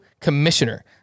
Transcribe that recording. commissioner